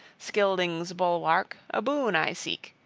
scyldings'-bulwark, a boon i seek,